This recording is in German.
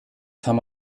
kann